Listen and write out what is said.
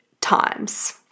times